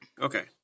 Okay